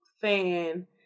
fan